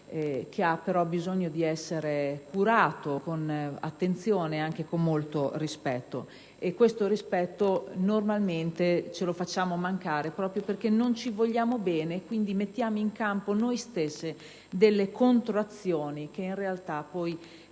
ma ha bisogno di essere curato con attenzione e anche con molto rispetto; un rispetto che normalmente ci facciamo mancare, proprio perché non ci vogliamo bene e quindi mettiamo in campo noi stessi delle controazioni che poi